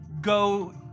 go